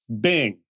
bing